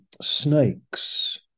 snakes